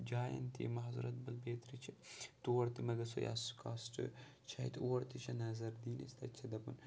جاین تہِ یِم حضرت بل بیترِ چھِ تور تہِ مہ گَژھو یا سِکاسٹہٕ چھِ اَتہِ اور تہِ چھِ نَظر دِنۍ أسۍ تَتہِ چھِ دَپان